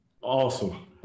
Awesome